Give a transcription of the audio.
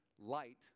light